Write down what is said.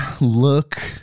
look